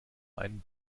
einen